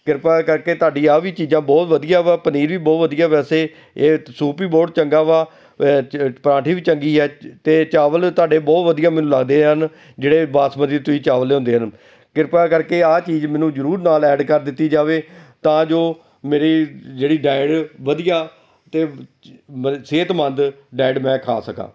ਕਿਰਪਾ ਕਰਕੇ ਤੁਹਾਡੀ ਆਹ ਵੀ ਚੀਜ਼ਾਂ ਬਹੁਤ ਵਧੀਆ ਵਾ ਪਨੀਰ ਵੀ ਬਹੁਤ ਵਧੀਆ ਵੈਸੇ ਇਹ ਸੂਪ ਵੀ ਬਹੁਤ ਚੰਗਾ ਵਾ ਪਰਾਂਠੀ ਵੀ ਚੰਗੀ ਆ ਅਤੇ ਚਾਵਲ ਤੁਹਾਡੇ ਬਹੁਤ ਵਧੀਆ ਮੈਨੂੰ ਲੱਗਦੇ ਹਨ ਜਿਹੜੇ ਬਾਸਮਤੀ ਤੁਸੀਂ ਚਾਵਲ ਲਿਆਉਂਦੇ ਹਨ ਕਿਰਪਾ ਕਰਕੇ ਆਹ ਚੀਜ਼ ਮੈਨੂੰ ਜ਼ਰੂਰ ਨਾਲ ਐਡ ਕਰ ਦਿੱਤੀ ਜਾਵੇ ਤਾਂ ਜੋ ਮੇਰੀ ਜਿਹੜੀ ਡਾਇਟ ਵਧੀਆ ਅਤੇ ਮ ਸਿਹਤਮੰਦ ਡਾਇਟ ਮੈਂ ਖਾ ਸਕਾਂ